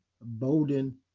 Bowden